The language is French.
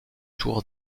tour